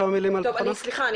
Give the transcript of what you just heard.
סליחה,